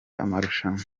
amarushanwa